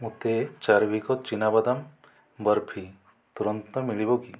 ମୋତେ ଚାର୍ଭିକ ଚୀନାବାଦାମ ବର୍ଫି ତୁରନ୍ତ ମିଳିବ କି